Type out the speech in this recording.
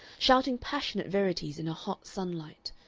shouting passionate verities in a hot sunlight,